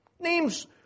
Names